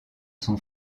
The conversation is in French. son